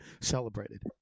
celebrated